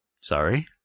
Sorry